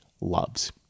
loves